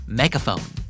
megaphone